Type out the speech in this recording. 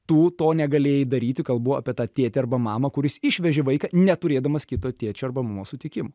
tu to negalėjai daryti kalbu apie tą tėtį arba mamą kuris išvežė vaiką neturėdamas kito tėčio arba mamos sutikimo